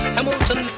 Hamilton